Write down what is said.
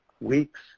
weeks